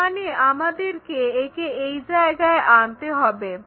তার মানে আমাদেরকে একে এই জায়গায় আনতে হবে